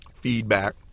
Feedback